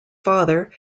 father